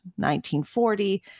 1940